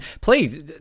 please